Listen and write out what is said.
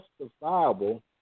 justifiable